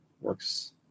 works